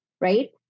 right